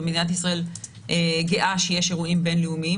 ומדינת ישראל גאה שיש בה אירועים בין-לאומיים.